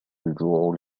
الجوع